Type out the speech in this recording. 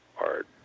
art